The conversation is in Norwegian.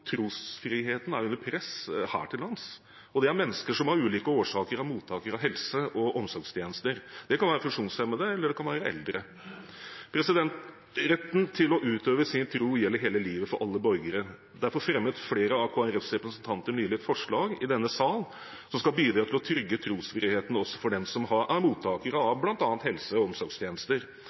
trosfriheten er under press, og det er mennesker som av ulike årsaker er mottakere av helse- og omsorgstjenester. Det kan være funksjonshemmede, eller det kan være eldre. Retten til å utøve sin tro gjelder hele livet for alle borgere. Derfor fremmet flere av Kristelig Folkepartis representanter nylig et forslag i denne sal. Det skal bidra til å trygge trosfriheten også for dem som er mottakere av bl.a. helse- og omsorgstjenester.